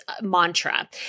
mantra